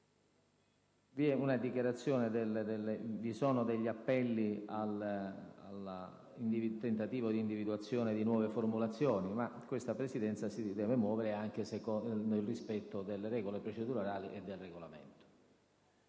Vi sono degli appelli ad un tentativo di individuazione di nuove formulazioni, ma questa Presidenza deve muoversi anche nel rispetto delle regole procedurali e del Regolamento